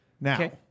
Now